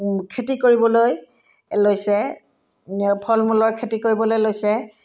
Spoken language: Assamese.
খেতি কৰিবলৈ লৈছে ফল মূলৰ খেতি কৰিবলৈ লৈছে